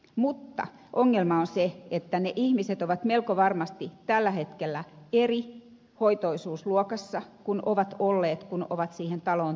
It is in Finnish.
mutta ongelma on se että ne ihmiset ovat melko varmasti tällä hetkellä eri hoitoisuusluokassa kuin ovat olleet kun ovat siihen taloon tulleet